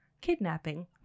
kidnapping